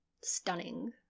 stunning